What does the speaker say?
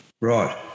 Right